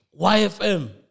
YFM